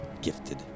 gifted